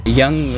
young